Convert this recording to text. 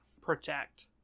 protect